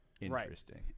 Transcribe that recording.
Interesting